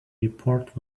report